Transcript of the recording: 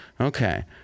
Okay